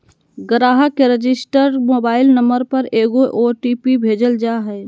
ग्राहक के registered mobile number पर एगो ओ.टी.पी भेजल जा हइ